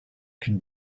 can